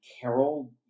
Carol